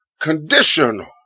conditional